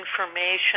information